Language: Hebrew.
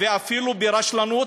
ואפילו ברשלנות,